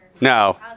No